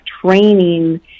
training